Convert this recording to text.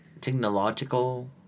Technological